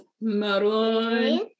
Maroon